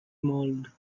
mold